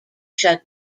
shut